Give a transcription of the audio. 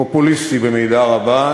פופוליסטי במידה רבה,